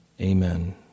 Amen